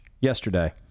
yesterday